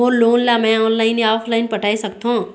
मोर loan ला मैं online या ऑफलाइन पटाए सकथों?